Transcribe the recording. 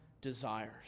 desires